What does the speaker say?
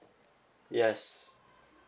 yes